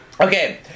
Okay